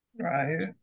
Right